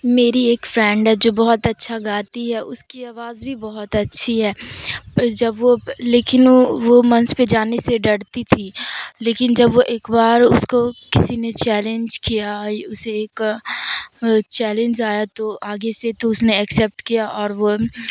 میری ایک فرینڈ ہے جو بہت اچھا گاتی ہے اس کی آواز بھی بہت اچھی ہے پس جب وہ لیکن وہ وہ منچ پہ جانے سے ڈرتی تھی لیکن جب وہ ایک بار اس کو کسی نے چیلنج کیا اسے ایک چیلنج آیا تو آگے سے تو اس نے ایکسیپٹ کیا اور وہ